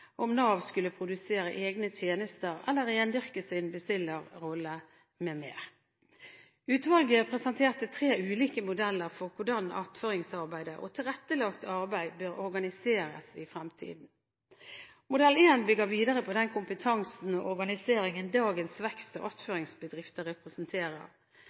om Nav skulle produsere egne tjenester eller rendyrke sin bestillerrolle m.m. Utvalget presenterte tre ulike modeller for hvordan attføringsarbeidet og tilrettelagt arbeid bør organiseres i fremtiden. Modell 1 bygger videre på den kompetansen og organiseringen dagens vekst- og attføringsbedrifter representerer.